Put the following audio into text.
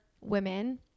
women